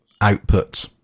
output